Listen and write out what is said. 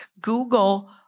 Google